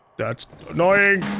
that's annoying.